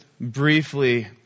briefly